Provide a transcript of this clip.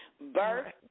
Birth